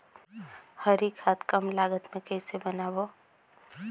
हरी खाद कम लागत मे कइसे बनाबो?